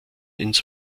ins